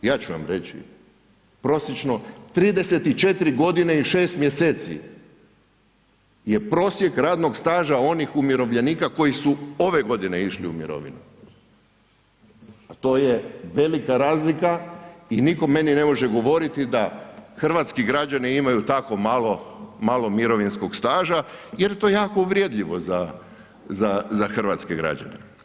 Ja ću vam reći prosječno 34 godine i 6 mjeseci je prosjek radnog staža onih umirovljenika koji su ove godine išli u mirovinu, a to je velika razlika i nikom meni ne može govoriti da hrvatski građani imaju tako malo, malo mirovinskog staža jer je to jako uvredljivo za hrvatske građane.